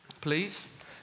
please